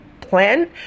plan